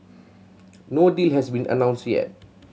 no deal has been announced yet